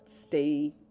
stay